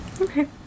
Okay